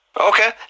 Okay